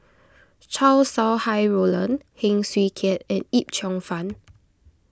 Chow Sau Hai Roland Heng Swee Keat and Yip Cheong Fun